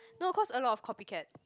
no cause a lot of copycat